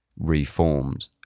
reformed